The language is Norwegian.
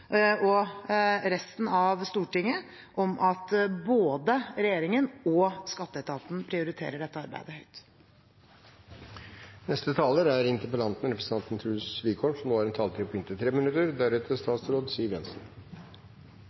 og resten av Stortinget om at både regjeringen og skatteetaten prioriterer dette arbeidet høyt. Vi setter selvfølgelig pris på at statsråden nå